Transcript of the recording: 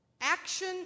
Action